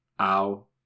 Ow